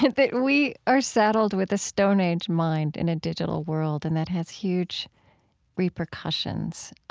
and that we are saddled with a stone age mind in a digital world, and that has huge repercussions.